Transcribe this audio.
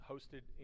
Hosted